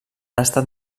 estat